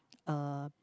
uh